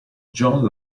john